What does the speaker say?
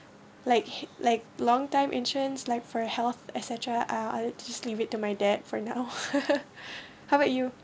like like longtime insurance like for a health et cetera I'll just leave it to my dad for now how about you